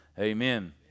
amen